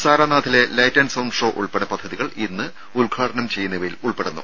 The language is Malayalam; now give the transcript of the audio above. സാരാനാഥിലെ ലൈറ്റ് ആന്റ് സൌണ്ട് ഷോ ഉൾപ്പെടെ പദ്ധതികൾ ഇന്ന് ഉദ്ഘാടനം ചെയ്യുന്നവയിൽ ഉൾപ്പെടുന്നു